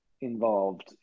involved